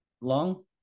long